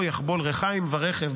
"לא יחבול ריחיים ורכב,